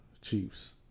Chiefs